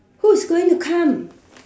who's going to come